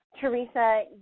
Teresa